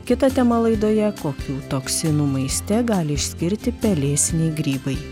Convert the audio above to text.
kita tema laidoje kokių toksinų maiste gali išskirti pelėsiniai grybai